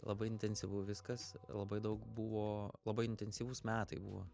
labai intensyvu viskas labai daug buvo labai intensyvūs metai buvo